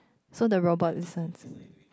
so the robot listen